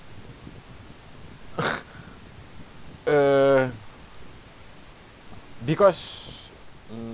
err because mm